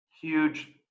huge